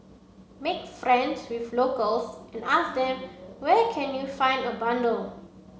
make friends with locals and ask them where can you find a bundle